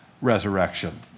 resurrection